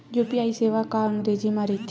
UPI सेवा का अंग्रेजी मा रहीथे?